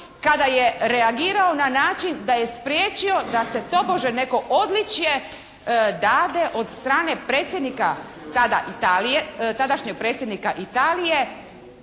kada je reagirao na način da je spriječio da se tobože neko odličje dade od strane Predsjednika tada Italije,